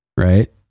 right